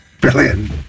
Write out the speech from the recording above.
brilliant